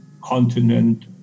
continent